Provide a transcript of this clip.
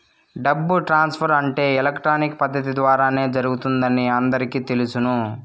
డబ్బు ట్రాన్స్ఫర్ అంటే ఎలక్ట్రానిక్ పద్దతి ద్వారానే జరుగుతుందని అందరికీ తెలుసును